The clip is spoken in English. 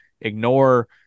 ignore